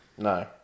No